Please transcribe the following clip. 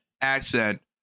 accent